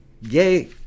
Yay